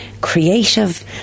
creative